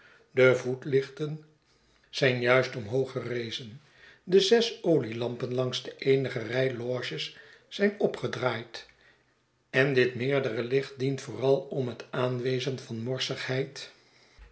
de voetlichten zijn juist omhoog gerezen de zes olielampen langs de eenige rij loges zijn opgedraaid en dit meerdere licht dient vooral om het aanwezen van